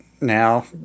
now